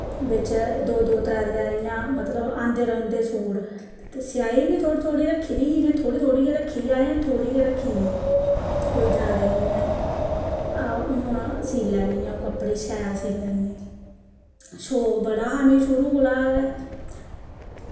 बिच्च दो दो त्रै त्रै इयां मतलव आंदे रौंह्दे सूट ते सेआई बी थोह्ड़ी थोह्ड़ी रक्खी दी ही इयां थोह्ड़ी थोह्ड़ी रक्खी दी अजैं बी थोह्ड़ी गै रक्खी दी कोई जादै नी ऐ हून सीऽ लैनी अऊं कपड़े शैल सीऽ लैन्नी शौक बड़ा हा मिगी शुरू कोला गै